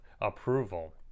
approval